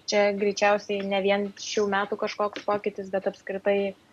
čia greičiausiai ne vien šių metų kažkoks pokytis bet apskritai